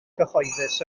cyhoeddus